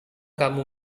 kamu